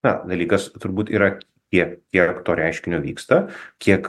na dalykas turbūt yra kiek kiek to reiškinio vyksta kiek